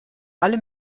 alle